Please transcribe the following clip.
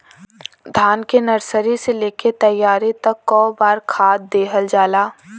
धान के नर्सरी से लेके तैयारी तक कौ बार खाद दहल जाला?